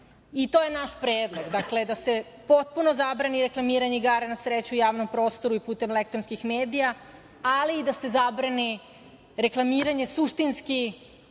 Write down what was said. To je naš predlog, dakle, da se potpuno zabrani reklamiranje igara na sreću u javnom prostoru i putem elektronskih medija, ali i da se zabrani reklamiranje suštinski